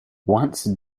once